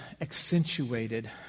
accentuated